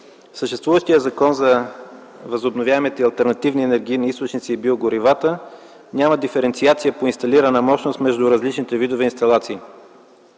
съществуващия Закон за възобновяемите алтернативни енергийни източници и биогоривата няма диференциация по инсталирана мощност между различните видове инсталации.